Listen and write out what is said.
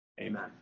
Amen